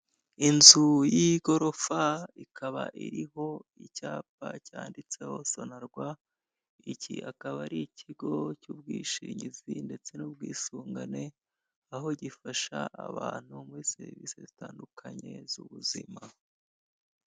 Inzu y'igorofa ikaba iriho icyapa cyanditseho sonarwa, iki akaba ari ikigo cy'ubwishingizi ndetse n'ubwisungane, aho gifasha abantu muri serivisi zitandukanye z'ubuzima.